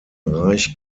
reich